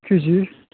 केजि